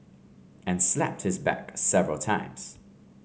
and slapped his back several times